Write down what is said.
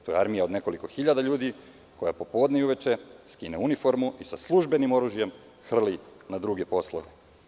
To je armija od nekoliko hiljada ljudi, koja popodne i uveče skine uniformu i sa službenim oružjem hrli na druge poslove.